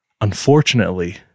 unfortunately